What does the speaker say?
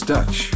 Dutch